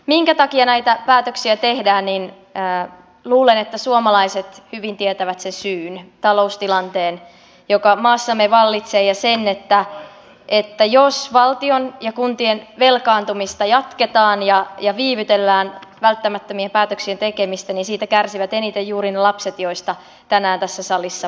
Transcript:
minkä takia näitä päätöksiä tehdään luulen että suomalaiset hyvin tietävät sen syyn taloustilanteen joka maassamme vallitsee ja sen että jos valtion ja kuntien velkaantumista jatketaan ja viivytellään välttämättömien päätöksien tekemistä niin siitä kärsivät eniten juuri ne lapset joista tänään tässä salissa puhumme